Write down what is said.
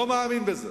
אני לא מאמין בזה.